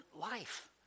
life